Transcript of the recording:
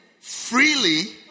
freely